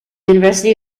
university